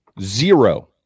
zero